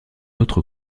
autre